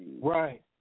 Right